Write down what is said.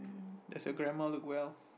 does your grandma look well